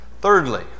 thirdly